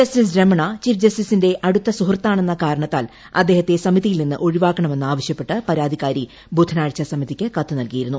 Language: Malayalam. ജസ്റ്റിസ് രമണ ചീഫ് ജസ്റ്റിസിന്റെ അടുത്ത സുഹൃത്താണെന്ന കാരണത്താൽ അദ്ദേഹത്തെ സമിതിയിൽ നിന്ന് ഒഴിവാക്കണമെന്ന് ആവശ്യപ്പെട്ട് പര്യാതിക്കാരി ബുധനാഴ്ച സമിതിക്ക് കത്ത് നൽകിയിരുന്നു